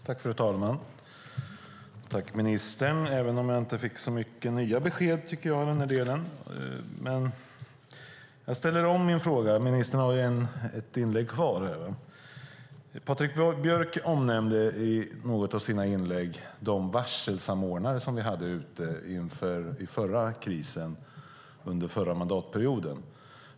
Fru talman! Tack, ministern, även om jag inte tycker att jag fick så mycket nya besked! Jag ställer om min fråga, för ministern har ett inlägg kvar. Patrik Björck nämnde i något av sina inlägg de varselsamordnare som vi hade ute under krisen under förra mandatperioden.